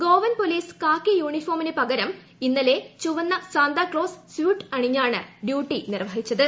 Goan police കാക്കി യൂണിഫോമിന് പകരം ഇന്നലെ ചുവന്ന സാന്താക്ലോസ് സ്യൂട്ട് അണിഞ്ഞാണ് ഡ്യൂട്ടി നിർവഹിച്ചത്